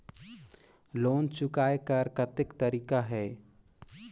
Loan चुकाय कर कतेक तरीका है?